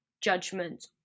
judgment